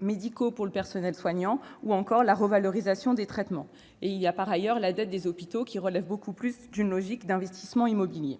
médicaux pour le personnel soignant ou encore la revalorisation des traitements. Quant à la dette des hôpitaux, elle relève avant tout d'une logique d'investissement immobilier.